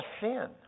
sin